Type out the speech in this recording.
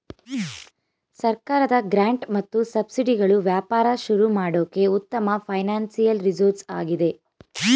ಸರ್ಕಾರದ ಗ್ರಾಂಟ್ ಮತ್ತು ಸಬ್ಸಿಡಿಗಳು ವ್ಯಾಪಾರ ಶುರು ಮಾಡೋಕೆ ಉತ್ತಮ ಫೈನಾನ್ಸಿಯಲ್ ರಿಸೋರ್ಸ್ ಆಗಿದೆ